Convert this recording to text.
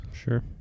Sure